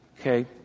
Okay